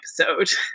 episode